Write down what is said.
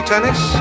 Tennis